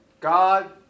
God